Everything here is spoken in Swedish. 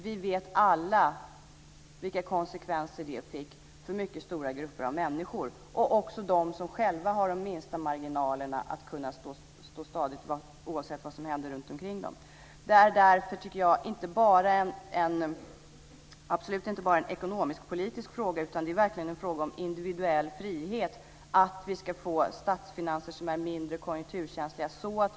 Vi vet alla vilka konsekvenser det fick för mycket stora grupper av människor och för dem som har de minsta marginalerna och som har svårt att stå stadigt oavsett vad som händer runtomkring dem. Det är därför, tycker jag, absolut inte bara en ekonomiskpolitisk fråga. Statsfinanser som är mindre konjunkturkänsliga är verkligen en fråga om individuell frihet.